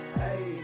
hey